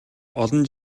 олон